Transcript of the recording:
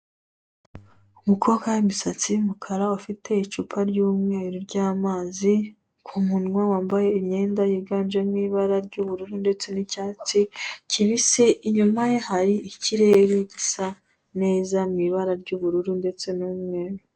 Umukobwa w'imisatsi y'umukara ufite icupa ry'umweru ry'amazi ku munwa wambaye imyenda yiganjemo ibara ry'ubururu ndetse n'icyatsi kibisi, inyuma ye hari ikirere gisa neza mu ibara ry'ubururu ndetse n'umweru.